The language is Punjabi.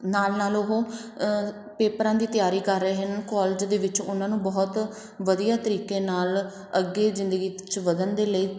ਨਾਲ ਨਾਲ ਉਹ ਪੇਪਰਾਂ ਦੀ ਤਿਆਰੀ ਕਰ ਰਹੇ ਹਨ ਕੋਲਜ ਦੇ ਵਿੱਚ ਉਹਨਾਂ ਨੂੰ ਬਹੁਤ ਵਧੀਆ ਤਰੀਕੇ ਨਾਲ ਅੱਗੇ ਜ਼ਿੰਦਗੀ 'ਚ ਵਧਣ ਦੇ ਲਈ